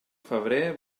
febrer